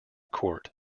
court